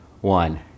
one